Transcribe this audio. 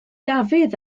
dafydd